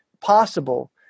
possible